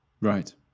Right